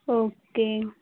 okay